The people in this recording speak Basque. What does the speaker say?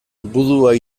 gudua